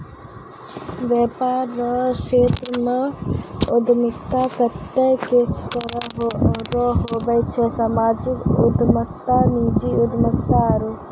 वेपार रो क्षेत्रमे उद्यमिता कत्ते ने तरह रो हुवै छै सामाजिक उद्यमिता नीजी उद्यमिता आरु